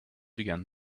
began